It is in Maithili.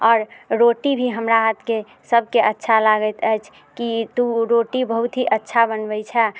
आओर रोटी भी हमरा हाथके सबके अच्छा लागैत अछि की तू रोटी बहुत ही अच्छा बनबै छैं